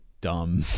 dumb